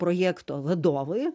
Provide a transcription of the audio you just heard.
projekto vadovui